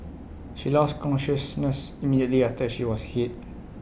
she lost consciousness immediately after she was hit